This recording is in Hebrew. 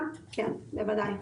כן, בוודאי.